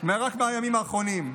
רק מהימים האחרונים: